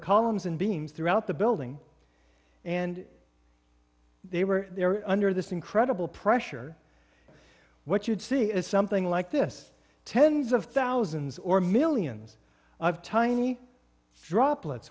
the columns and beams throughout the building and they were there under this incredible pressure what you'd see is something like this tens of thousands or millions of tiny droplets